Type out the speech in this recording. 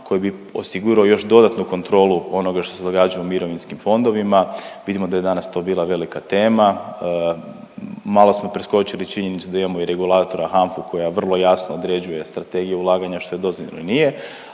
koji bi osigurao još dodatnu kontrolu onoga što se događa u mirovinskim fondovima. Vidimo da je danas to bila velika tema, malo smo preskočili činjenicu da imamo i regulatora HANFA-u koja vrlo jasno određuje strategije ulaganja što je dozvoljeno ili nije.